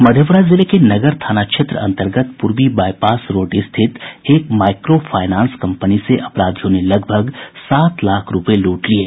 मधेपुरा जिले के नगर थाना क्षेत्र अंतर्गत पूर्वी बाइपास रोड स्थित एक माइक्रो फायनांस कम्पनी से अपराधियों ने लगभग सात लाख रूपये लूट लिये